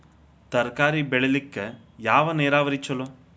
ತರಕಾರಿ ಬೆಳಿಲಿಕ್ಕ ಯಾವ ನೇರಾವರಿ ಛಲೋ?